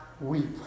weep